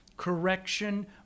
Correction